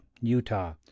Utah